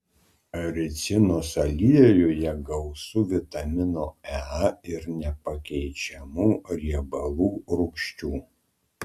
ricinos aliejuje gausu vitamino e ir nepakeičiamų riebalų rūgščių